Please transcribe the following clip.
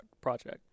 project